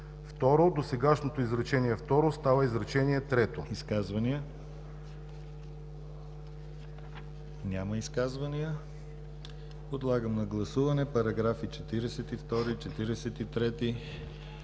Изказвания? Няма изказвания. Подлагам на гласуване параграфи 55 и